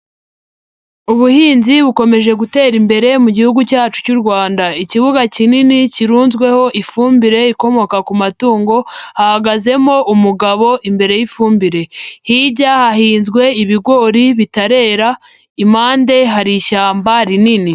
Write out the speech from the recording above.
Ubuhinzi bukomeje gutera imbere mu gihugu cyacu cy'u Rwanda, ikibuga kinini kirunzweho ifumbire ikomoka ku matungo, hahagazemo umugabo imbere y'ifumbire, hirya hahinzwe ibigori bitarera, impande hari ishyamba rinini.